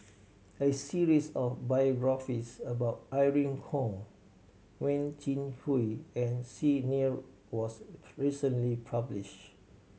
a series of biographies about Irene Khong Wen Jinhui and Xi Ni Er was recently publishe